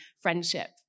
friendship